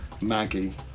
Maggie